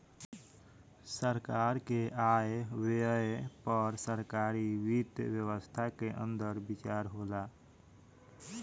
सरकार के आय व्यय पर सरकारी वित्त व्यवस्था के अंदर विचार होला